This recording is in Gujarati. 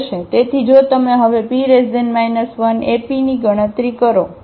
તેથી જો તમે હવેP 1APની ગણતરી કરો